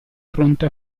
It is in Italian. fronte